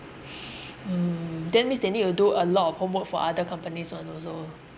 mm that means they need to do a lot of homework for other companies [one] also